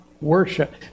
worship